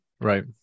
right